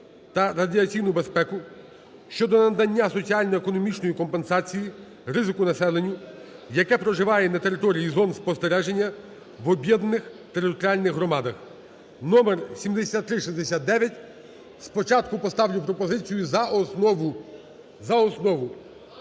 та радіаційну безпеку" щодо надання соціально-економічної компенсації ризику населенню, яке проживає на території зон спостереження в об'єднаних територіальних громадах (№ 7369). Спочатку поставлю пропозицію за основу,